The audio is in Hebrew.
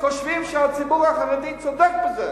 חושבים שהציבור החרדי צודק בזה,